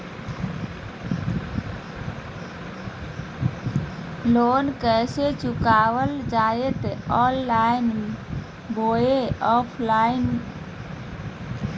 Loan कैसे चुकाबल जयते ऑनलाइन बोया ऑफलाइन?